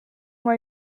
moi